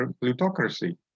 plutocracy